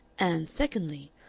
and, secondly,